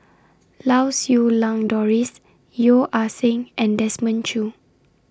Lau Siew Lang Doris Yeo Ah Seng and Desmond Choo